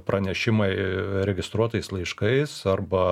pranešimai registruotais laiškais arba